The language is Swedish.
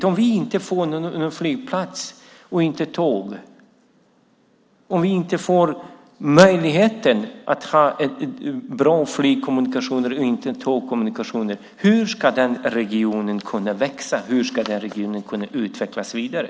Om vi inte får någon flygplats, inget tåg och inte får möjligheten att ha bra flygkommunikationer och tågkommunikationer, hur ska då regionen kunna växa och utvecklas vidare?